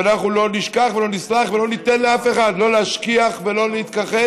שאנחנו לא נשכח ולא נסלח ולא ניתן לאף אחד לא להשכיח ולא להתכחש.